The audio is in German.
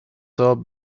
zur